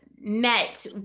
met